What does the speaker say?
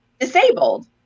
disabled